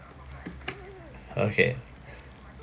okay